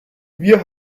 wir